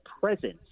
presence